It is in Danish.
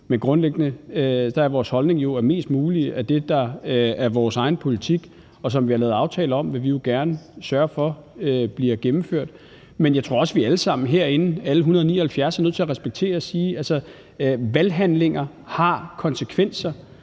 jo på lige om lidt – at mest muligt af det, der er vores egen politik, og som vi har lavet aftale om, vil vi gerne sørge for bliver gennemført. Men jeg tror også, at vi alle sammen herinde – alle 179 medlemmer – er nødt til at respektere, at valghandlinger har konsekvenser.